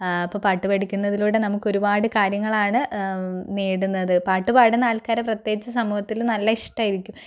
അപ്പോൾ പാട്ട് പഠിക്കുന്നതിലൂടെ നമുക്ക് ഒരുപാട് കാര്യങ്ങളാണ് നേടുന്നത് പാട്ടു പാടുന്ന ആൾക്കാരെ പ്രത്യേകിച്ച് സമൂഹത്തില് നല്ല ഇഷ്ടായിരിക്കും